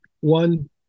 one